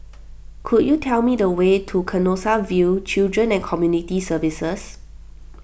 could you tell me the way to Canossaville Children and Community Services